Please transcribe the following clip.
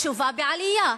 התשובה: בעלייה.